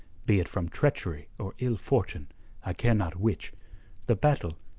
be it from treachery or ill-fortune i care not which the battle,